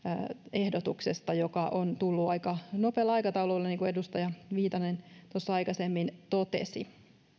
ehdotuksesta joka on tullut aika nopealla aikataululla niin kuin edustaja viitanen tuossa aikaisemmin totesi